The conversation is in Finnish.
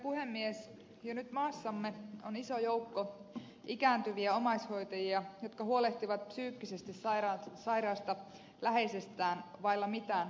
jo nyt maassamme on iso joukko ikääntyviä omaishoitajia jotka huolehtivat psyykkisesti sairaista läheisistään vailla mitään tukitoimia